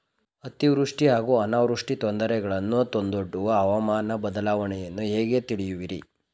ಅತಿವೃಷ್ಟಿ ಹಾಗೂ ಅನಾವೃಷ್ಟಿ ತೊಂದರೆಗಳನ್ನು ತಂದೊಡ್ಡುವ ಹವಾಮಾನ ಬದಲಾವಣೆಯನ್ನು ಹೇಗೆ ತಿಳಿಯುವಿರಿ?